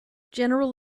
general